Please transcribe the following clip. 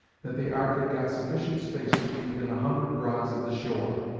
that the ark had got sufficient space to be within a hundred rods of the shore,